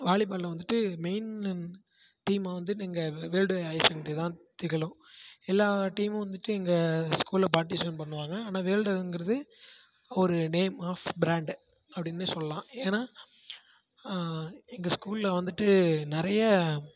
வாலிபாலில் வந்துட்டு மெயின் டீமாக வந்துட்டு எங்கள் வேர்ல்டு ஹையர் செக்கெண்ட்ரி தான் திகழும் எல்லா டீமும் வந்துட்டு எங்கள் ஸ்கூலில் பார்ட்டிசிபேட் பண்ணுவாங்க ஆனால் வேர்ல்டுங்கிறது ஒரு நேம் ஆஃப் பிராண்ட் அப்படின்னே சொல்லாம் ஏன்னால் எங்கள் ஸ்கூலில் வந்துட்டு நிறைய